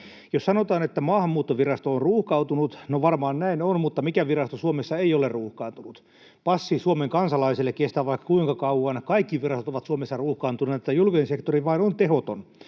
Jos sanotaan, että Maahanmuuttovirasto on ruuhkautunut, no, varmaan näin on, mutta mikä virasto Suomessa ei ole ruuhkautunut? Passi Suomen kansalaisille kestää vaikka kuinka kauan. Kaikki virastot ovat Suomessa ruuhkaantuneet, niin että julkinen sektori vain on tehoton